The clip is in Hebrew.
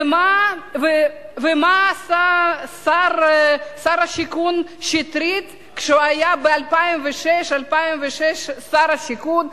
ומה עשה שר השיכון שטרית כשהיה ב-2006 שר השיכון,